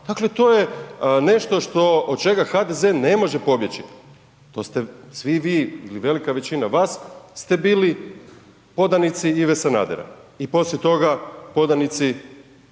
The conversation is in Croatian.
Dakle, to je nešto što, od čega HDZ ne može pobjeći, to ste svi vi ili velika većina vas ste bili podanici Ive Sanadera i poslije toga podanici gđe.